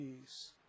peace